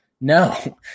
No